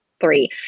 three